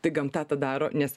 tai gamta daro nes